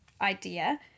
idea